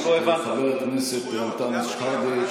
את חבר הכנסת אנטאנס שחאדה,